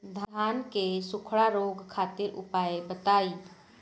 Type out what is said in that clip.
धान के सुखड़ा रोग खातिर उपाय बताई?